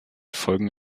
folgen